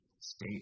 state